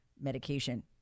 medication